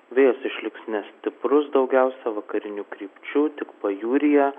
vėjas išliks nestiprus daugiausia vakarinių krypčių tik pajūryje